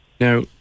Now